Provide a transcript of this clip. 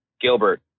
Gilbert